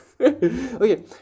okay